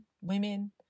women